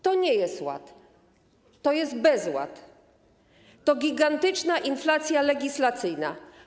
To nie jest ład, to jest bezład, to gigantyczna inflacja legislacyjna.